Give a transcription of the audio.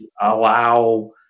allow